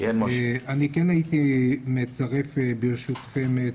אני כן הייתי מצרף ברשותכם,